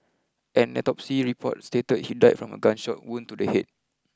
an autopsy report state he died from a gunshot wound to the head